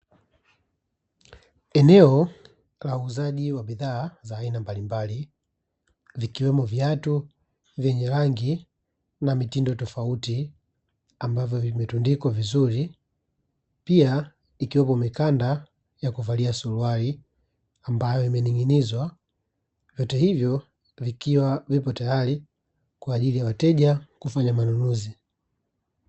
Eneo la uuzaji wa bidhaa za aina mbali mbali vikiwemo viatu vyenye rangi na mitindo tofauti ambavyo vimetundikwa vizuri pia ikiwemo mikanda ya kuvalia suruali ambayo imening'inizwa. Viatu hivyo vikiwa vipo tayari kwa ajili ya wateja kufanya ununuzi.